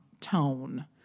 tone